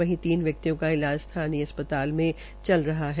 वही तीन व्यक्तियों का इलाज स्थानीय अस्पताल में चल रहा है